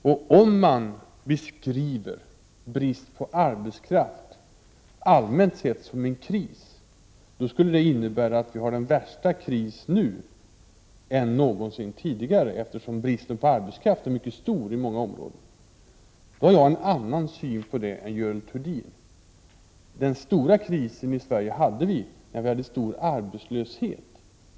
Och om man beskriver brist på arbetskraft allmänt sett som en kris, då skulle det innebära att vi har en värre kris nu än någonsin tidigare, eftersom bristen på arbetskraft är mycket stor i många områden. I så fall har jag en annan syn på detta än Görel Thurdin. Den svåra krisen hade vi i Sverige när vi hade stor arbetslöshet.